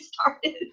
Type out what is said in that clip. started